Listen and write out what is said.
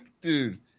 dude